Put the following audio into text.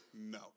no